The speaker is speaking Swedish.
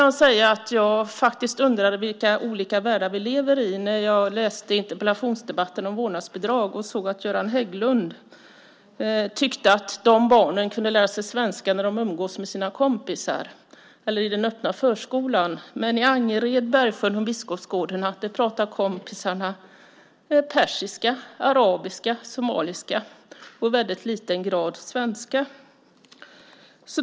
Jag undrade faktiskt vilka olika världar vi lever i när jag läste interpellationsdebatten om vårdnadsbidrag och såg att Göran Hägglund tyckte att de barnen kunde lära sig svenska när de umgås med sina kompisar eller i den öppna förskolan. I Angered, Bergsjön och Biskopsgården pratar kompisarna persiska, arabiska, somaliska och i väldigt liten grad svenska.